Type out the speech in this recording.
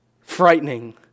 frightening